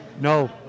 No